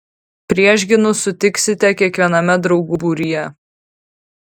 priešgynų sutiksite kiekviename draugų būryje